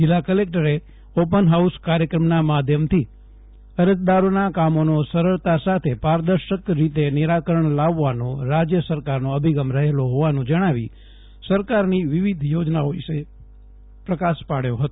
જિલ્લા કલેકટરે open house કાર્યક્રમના માધ્યમથી અરજદારોના કામોનો સરળતા સાથે પારદર્શક રીતે નિરાકરણ લાવવાનો રાજય સરકારનો અભિગમ રહેલો હોવાનું જણાવી સરકારની વિવિધ યોજના વિશે પ્રકાશ પાડ્યો હતો